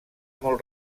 molt